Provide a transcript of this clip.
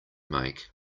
make